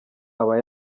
aba